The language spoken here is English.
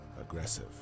aggressive